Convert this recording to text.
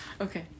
Okay